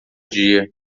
dia